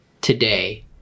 today